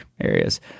areas